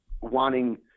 wanting